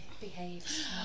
behaves